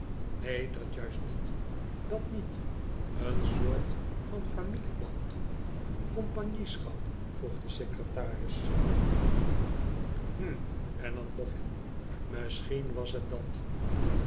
neen dat juist niet dat niet een soort van familieband compagnieschap vroeg de secretaris hm hernam boftin t misschien was het dat